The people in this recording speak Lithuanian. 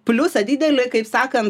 pliusą didelį kaip sakan